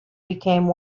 became